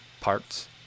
parts